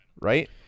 right